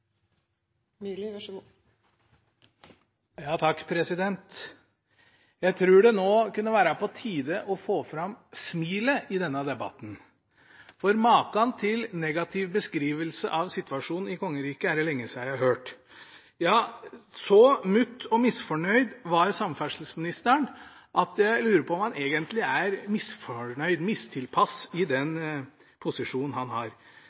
startet opp så snart det pågående arbeidet med den eksterne kvalitetssikringen er ferdig. Jeg tror det nå kunne være på tide å få fram smilet i denne debatten, for maken til negativ beskrivelse av situasjonen i kongeriket er det lenge siden jeg har hørt. Så mutt og misfornøyd var samferdselsministeren, at jeg lurer på om han egentlig er utilpass i den posisjonen han har.